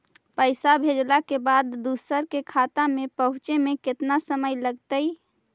पैसा भेजला के बाद दुसर के खाता में पहुँचे में केतना समय लगतइ?